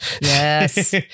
Yes